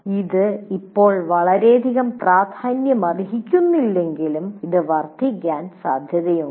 ഇത് ഇപ്പോൾ വളരെയധികം പ്രാധാന്യമർഹിക്കുന്നില്ലെങ്കിലും ഇത് വർദ്ധിക്കാൻ സാധ്യതയുണ്ട്